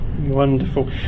Wonderful